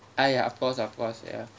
!aiya! of course of course ya